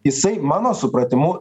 jisai mano supratimu